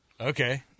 Okay